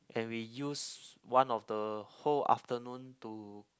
and we use one of the whole afternoon to